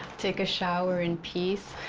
take a shower in peace